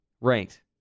Ranked